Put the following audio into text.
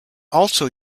also